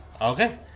Okay